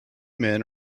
men